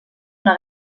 una